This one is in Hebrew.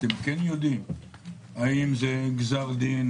אתם כן יודעים האם זה גזר דין,